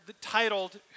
titled